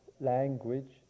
language